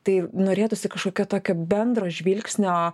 tai norėtųsi kažkokio tokio bendro žvilgsnio